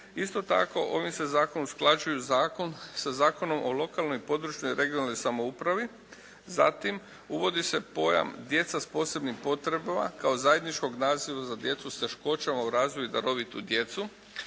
Isto tako ovim se zakonom usklađuje zakon sa Zakonom o lokalnoj i područnoj (regionalnoj) samoupravi. Zatim uvodi se pojam: "djeca s posebnim potrebama" kao zajedničkog naziva za djecu sa teškoćama u razvoju i darovitu djecu.